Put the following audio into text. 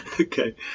okay